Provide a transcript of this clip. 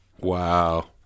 wow